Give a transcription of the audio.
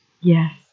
Yes